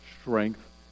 strength